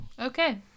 Okay